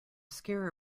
scare